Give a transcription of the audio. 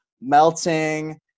melting